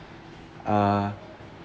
uh